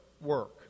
work